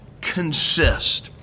consist